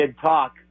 talk